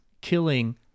killing